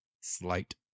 slight